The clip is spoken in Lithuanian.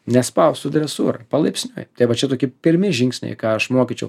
nespaust su dresūra palaipsniui tai va čia tokie pirmi žingsniai ką aš mokyčiau